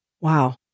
Wow